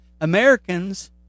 Americans